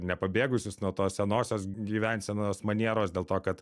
nepabėgusius nuo to senosios gyvensenos manieros dėl to kad